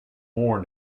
more